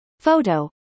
Photo